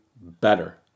better